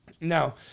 now